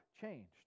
changed